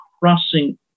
crossing